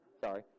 Sorry